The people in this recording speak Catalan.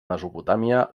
mesopotàmia